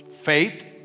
Faith